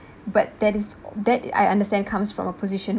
but that is that I understand comes from a position